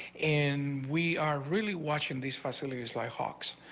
and we are really watching these facilities by hawks.